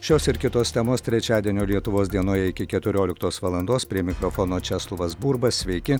šios ir kitos temos trečiadienio lietuvos dienoje iki keturioliktos valandos prie mikrofono česlovas burba sveiki